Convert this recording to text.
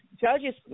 judges